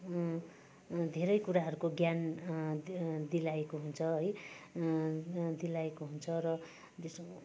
धेरै कुराहरूको ज्ञान दिलाएको हुन्छ है दिलाएको हुन्छ र